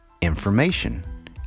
information